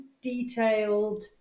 detailed